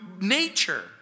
nature